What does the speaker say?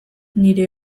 nire